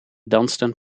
dansten